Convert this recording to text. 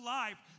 life